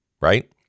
Right